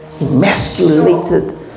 Emasculated